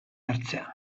ertzean